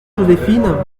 joséphine